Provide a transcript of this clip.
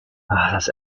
das